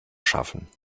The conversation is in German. schaffen